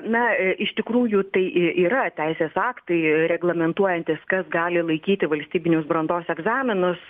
na e iš tikrųjų tai yra teisės aktai reglamentuojantys kas gali laikyti valstybinius brandos egzaminus